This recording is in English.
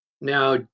Now